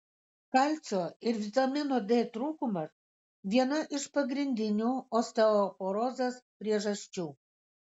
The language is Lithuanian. kalcio ir vitamino d trūkumas viena iš pagrindinių osteoporozės priežasčių